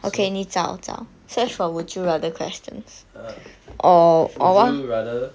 so err would you rather